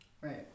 Right